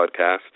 podcast